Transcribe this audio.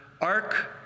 Ark